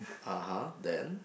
(uh huh) then